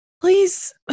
please